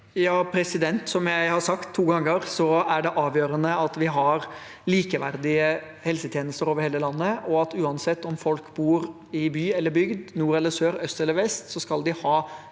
Ja, som jeg har sagt to ganger, er det avgjørende at vi har likeverdige helsetjenester over hele landet. Uansett om folk bor i by eller bygd, nord eller sør, øst eller vest, skal de ha